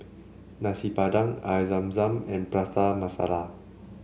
Nasi Padang Air Zam Zam and Prata Masala